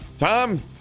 Tom